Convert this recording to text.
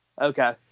Okay